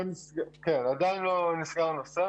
עדיין לא נסגר הנושא.